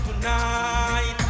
tonight